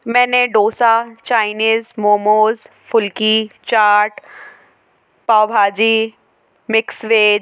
मैंने डोसा चाइनीज़ मोमोज़ फुल्की chaat pav bhaji mix veg